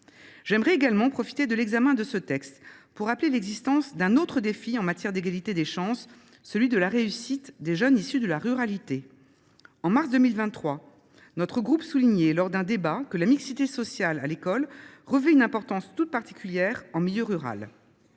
J’aimerais profiter de l’examen de cette proposition de loi pour rappeler l’existence d’un autre défi en matière d’égalité des chances, celui de la réussite des jeunes issus de la ruralité. En mars 2023, notre groupe soulignait, lors d’un débat, que la mixité sociale à l’école revêt une importance toute particulière en milieu rural.